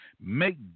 make